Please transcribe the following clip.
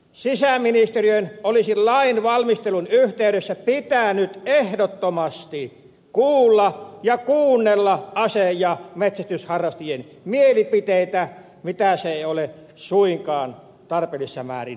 sisäministeriön olisi lain valmistelun yhteydessä pitänyt ehdottomasti kuulla ja kuunnella ase ja metsästysharrastajien mielipiteitä mitä se ei ole suinkaan tarpeellisessa määrin tehnyt